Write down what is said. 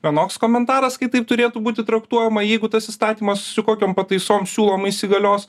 vienoks komentaras kai taip turėtų būti traktuojama jeigu tas įstatymas su kokiom pataisom siūloma įsigalios